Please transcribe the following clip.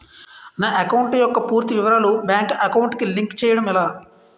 నా అకౌంట్ యెక్క పూర్తి వివరాలు బ్యాంక్ అకౌంట్ కి లింక్ చేయడం ఎలా?